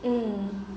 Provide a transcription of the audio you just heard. mm